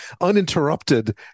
uninterrupted